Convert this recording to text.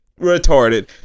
retarded